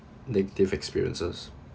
negative experiences